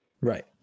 Right